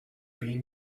been